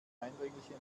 eindringlichen